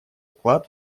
вклад